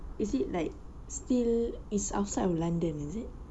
is it like still is outside of london is it